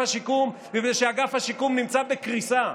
השיקום מפני שאגף השיקום נמצא בקריסה.